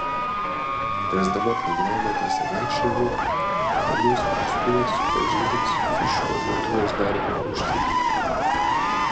tęsdama programą pasivaikščiojimai menų spaustuvė supažindins su šiuo lietuvės darbu užsienyje